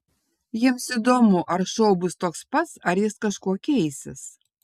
jiems įdomu ar šou bus toks pats ar jis kažkuo keisis